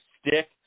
stick